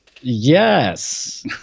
Yes